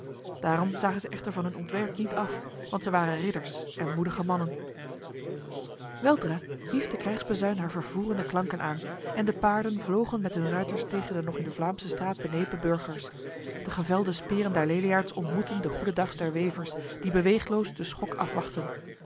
daarom zagen zij echter van hun ontwerp niet af want zij waren ridders en moedige mannen weldra hief de krijgsbazuin haar vervoerende klanken aan en de paarden vlogen met hun ruiters tegen de nog in de vlaamsestraat benepen burgers de gevelde speren der leliaards ontmoetten de goedendags der wevers die beweegloos de schok afwachtten